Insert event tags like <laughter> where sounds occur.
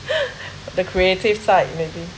<breath> the creative side maybe